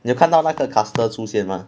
你有看到那个 caster 出现吗